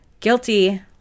Guilty